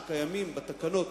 שקיימים בתקנות,